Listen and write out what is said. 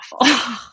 awful